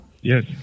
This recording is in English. Yes